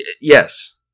Yes